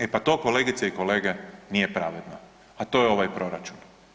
E pa to kolegice i kolege nije pravedno, a to je ovaj proračun.